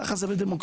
ככה זה בדמוקרטיה.